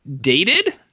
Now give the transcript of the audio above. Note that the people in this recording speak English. dated